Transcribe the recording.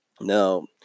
Now